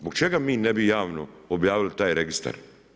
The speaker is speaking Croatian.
Zbog čega mi ne bi javno objavili taj Registar?